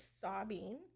sobbing